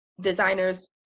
designers